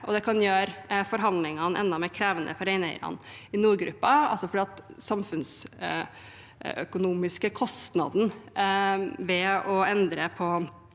det kan gjøre forhandlingene enda mer krevende for reineierne i nordgruppen, fordi den samfunnsøkonomiske kostnaden ved å endre på